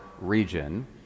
region